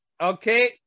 okay